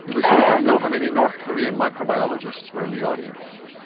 we still don't know how many north korean microbiologists were in the audience?